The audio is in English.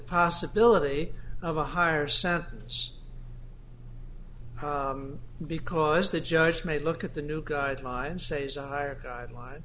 possibility of a higher sentence because the judge may look at the new guidelines say is a higher guideline